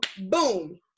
boom